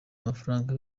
amafaranga